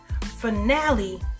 finale